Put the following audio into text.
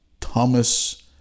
Thomas